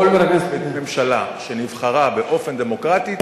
כל עוד בכנסת יש ממשלה שנבחרה באופן דמוקרטי,